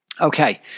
Okay